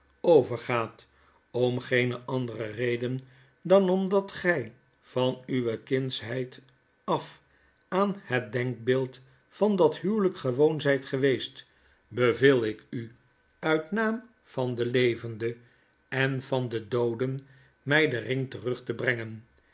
overgaat om geene andere reden dan omdat gy van uwe kindsheid af aanhetdenkbeeld van dat huwelijk gewoon zyt geweest beveel ik u uit naam van de levende en van de dooden my den ring terug te brengen